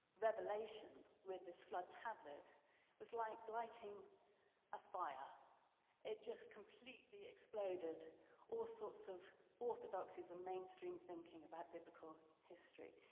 revelation with this flood tablet was like lighting a fire it just completely exploded all sorts of orthodoxies and mainstream thinking about biblical history.